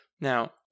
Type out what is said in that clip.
Now